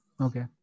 Okay